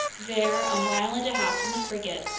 there, a mile and a half from the frigate,